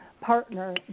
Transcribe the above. partner